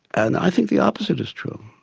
and i think the opposite is true.